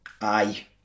Aye